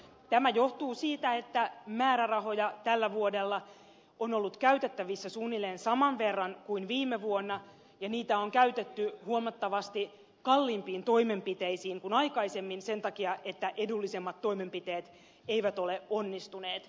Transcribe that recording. tämä johtuu siitä että määrärahoja tälle vuodelle on ollut käytettävissä suunnilleen saman verran kuin viime vuonna ja niitä on käytetty huomattavasti kalliimpiin toimenpiteisiin kuin aikaisemmin sen takia että edullisemmat toimenpiteet eivät ole onnistuneet